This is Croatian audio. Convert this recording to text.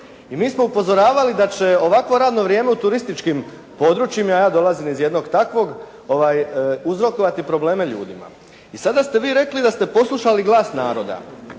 I mi smo upozoravali da će ovakvo radno vrijeme u turističkim područjima, ja dolazim iz jednog takvog, uzrokovati probleme ljudima. I sada ste vi rekli da ste poslušali glas naroda.